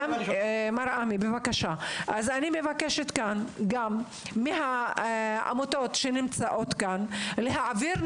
אני מבקשת גם מהעמותות הנמצאות כאן להעביר מיידית